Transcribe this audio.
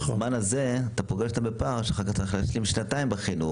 בזמן הזה אתה פוגש אותם בפער שאחר כך צריך להשלים שנתיים בחינוך,